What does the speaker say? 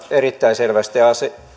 erittäin selvästi